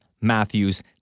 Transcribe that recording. Matthews